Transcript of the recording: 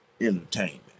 entertainment